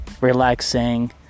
relaxing